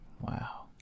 Wow